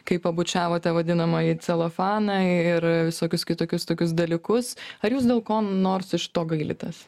kai pabučiavote vadinamąjį celofaną ir visokius kitokius tokius dalykus ar jūs dėl ko nors iš to gailitės